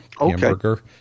hamburger